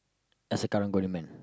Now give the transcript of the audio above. as a Karang-Guni man